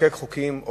לחקיקת חוקים,